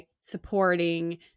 supporting